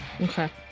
Okay